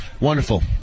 Wonderful